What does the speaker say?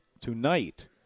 tonight